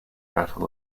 battle